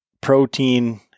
protein